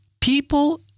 People